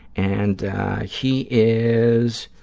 and he is